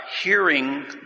hearing